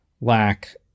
lack